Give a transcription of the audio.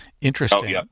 interesting